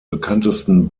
bekanntesten